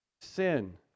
sin